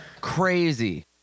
Crazy